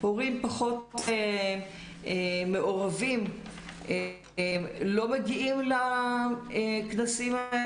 הורים פחות מעורבים לא מגיעים לכנסים או